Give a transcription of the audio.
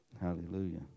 Hallelujah